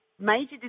major